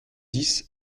dix